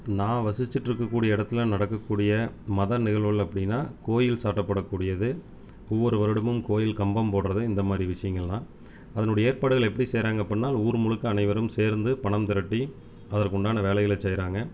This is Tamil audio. நான் வசித்திட்டுருக்க கூடிய இடத்துல நடக்கக்கூடிய மத நிகழ்வுகள் அப்படின்னா கோவில் சாட்டப்படக்கூடியது ஒவ்வொரு வருடமும் கோவில் கம்பம் போடுறது இந்தமாதிரி விஷயங்கள்லாம் அதனுடைய ஏற்பாடுகள் எப்படி செய்கிறாங்க அப்படின்னா ஊர் முழுக்க அனைவரும் சேர்ந்து பணம் திரட்டி அதற்குண்டான வேலைகளை செய்கிறாங்க